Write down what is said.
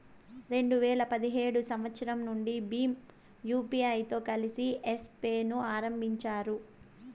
రెండు వేల పదిహేడు సంవచ్చరం నుండి భీమ్ యూపీఐతో కలిసి యెస్ పే ను ఆరంభించారు